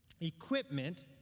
equipment